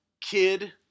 kid